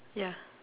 ya